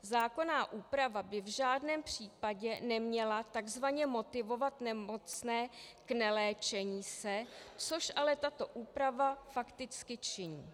Zákonná úprava by v žádném případě neměla takzvaně motivovat nemocné k neléčení se, což ale tato úprava fakticky činí.